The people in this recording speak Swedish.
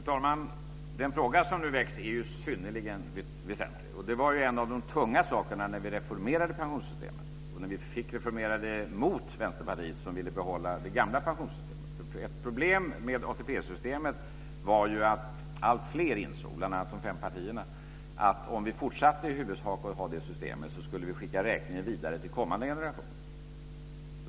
Fru talman! Den fråga som nu väcks är synnerligen väsentlig. Det var en av de tunga frågorna när vi reformerade pensionssystemet - när vi fick reformera det mot Vänsterpartiets vilja; man ville behålla det gamla pensionssystemet. Ett problem med ATP-systemet som alltfler insåg, bl.a. de fem partierna, var att om vi i huvudsak skulle fortsätta att ha det systemet skulle vi skicka räkningen vidare till kommande generation.